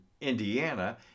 Indiana